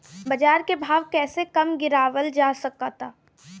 बाज़ार के भाव कैसे कम गीरावल जा सकता?